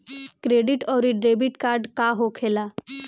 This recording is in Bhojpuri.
क्रेडिट आउरी डेबिट कार्ड का होखेला?